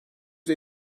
yüz